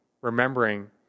remembering